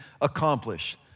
accomplish